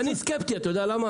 אני סקפטי, אתה יודע למה?